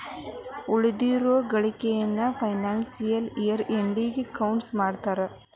ಉಳಿದಿರೋ ಗಳಿಕೆನ financial year ಎಂಡಿಗೆ ಅನೌನ್ಸ್ ಮಾಡ್ತಾರಾ